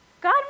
God